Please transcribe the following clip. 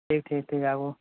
ठीक ठीक आबू